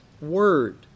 word